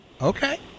Okay